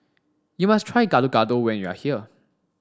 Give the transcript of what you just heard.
you must try gado gado when you are here